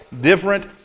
different